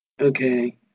Okay